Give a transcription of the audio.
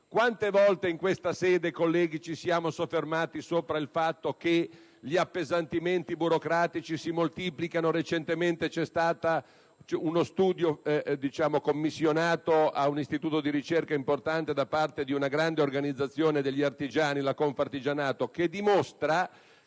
Quante volte in questa sede, colleghi, ci siamo soffermati sul fatto che gli appesantimenti burocratici si moltiplicano? Recentemente c'è stato uno studio commissionato a un importante istituto di ricerca da una grande organizzazione degli artigiani, la Confartigianato, che dimostra